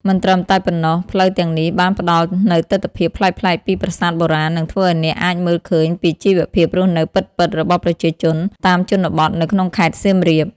មិនត្រឹមតែប៉ុណ្ណោះ ផ្លូវទាំងនេះបានផ្ដល់នូវទិដ្ឋភាពប្លែកៗពីប្រាសាទបុរាណ និងធ្វើឲ្យអ្នកអាចមើលឃើញពីជីវភាពរស់នៅពិតៗរបស់ប្រជាជនតាមជនបទនៅក្នុងខេត្តសៀមរាប។